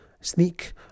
sneak